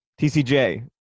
TCJ